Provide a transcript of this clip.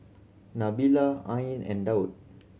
Nabila Ain and Daud